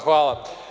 Hvala.